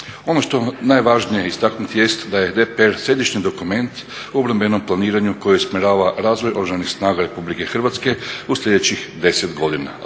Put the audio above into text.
Ono što je najvažnije istaknuti jest da je DPR središnji dokument u obrambenom planiranju koji usmjerava razvoja Oružanih snaga RH u sljedećih 10 godina,